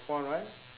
correct